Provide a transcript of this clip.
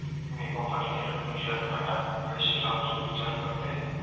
मी open end mutual फंडात पैशे लावुचो विचार करतंय